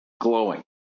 glowing